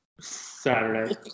Saturday